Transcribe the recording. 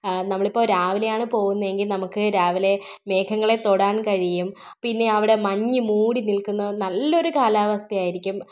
നമ്മള് ഇപ്പോൾ രാവിലെയാണ് പോകുന്നത് എങ്കിൽ നമുക്ക് രാവിലെ മേഘങ്ങളെ തൊടാന് കഴിയും പിന്നെ അവിടെ മഞ്ഞ് മൂടി നില്ക്കുന്ന നല്ലൊരു കാലാവസ്ഥയായിരിക്കും